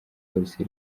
polisi